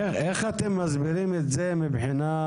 איפה ההתחייבות לסביבה?